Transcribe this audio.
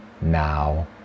now